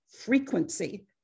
frequency